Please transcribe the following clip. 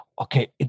okay